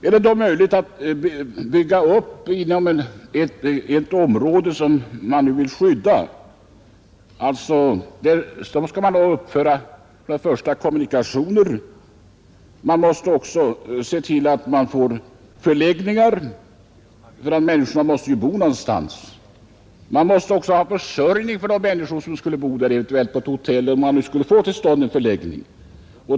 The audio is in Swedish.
Är det då möjligt att göra en utbyggnad för turismen inom ett område som man vill skydda? Först och främst behövs kommunikationer. Man måste också se till att förläggningar uppförs — människorna måste ju bo någonstans. Man måste ha ett hotell eller om man inte vill gå så långt en förläggning för de människor som skulle bo där.